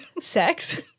sex